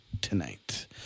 tonight